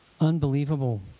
Unbelievable